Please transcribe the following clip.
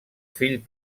fill